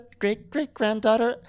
great-great-granddaughter